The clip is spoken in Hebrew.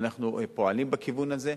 ואנחנו פועלים בכיוון הזה.